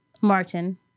Martin